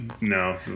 no